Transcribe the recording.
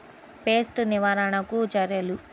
Pest నివారణకు చర్యలు?